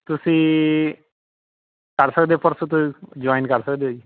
ਤੁਸੀਂ ਕਰ ਸਕਦੇ ਪਰਸੋਂ ਤੋਂ ਜੁਆਇਨ ਕਰ ਸਕਦੇ ਹੋ ਜੀ